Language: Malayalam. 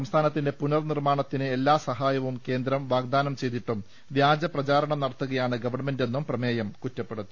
സംസ്ഥാനത്തിന്റെ പുനർ നിർമാണത്തിന് എല്ലാ സഹായവും കേന്ദ്രം വാഗ്ദാനം ചെയ്തിട്ടും വ്യാജ പ്രചാരണം നടത്തുകയാണ് ഗവൺമെന്റെന്നും പ്രമേയം കുറ്റപ്പെടുത്തി